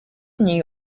new